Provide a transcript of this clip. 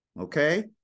Okay